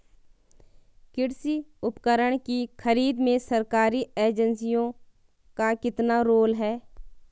कृषि उपकरण की खरीद में सरकारी एजेंसियों का कितना रोल है?